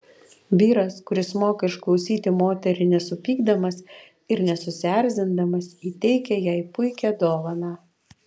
vyras kuris moka išklausyti moterį nesupykdamas ir nesusierzindamas įteikia jai puikią dovaną